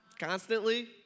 Constantly